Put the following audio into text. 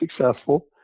successful